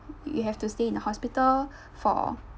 you have to stay in the hospital for